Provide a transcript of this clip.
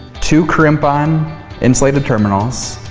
two crimp on insulated terminals,